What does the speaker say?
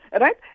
right